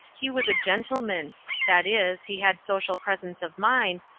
he was a gentleman that is, he had social presence of mind,